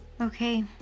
Okay